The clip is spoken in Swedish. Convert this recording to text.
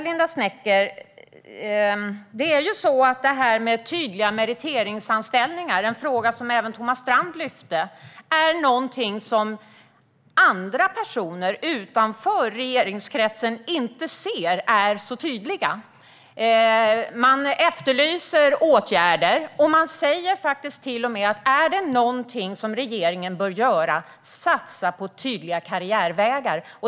Linda Snecker tog upp frågan om tydliga meriteringsanställningar. Det är en fråga som även Thomas Strand tog upp. Dessa anställningar uppfattas av personer utanför regeringskretsen som inte så tydliga. Åtgärder efterlyses. Det framgår att om det är något som regeringen bör göra så är det att satsa på tydliga karriärvägar.